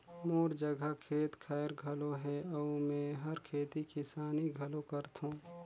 मोर जघा खेत खायर घलो हे अउ मेंहर खेती किसानी घलो करथों